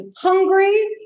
hungry